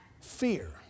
Fear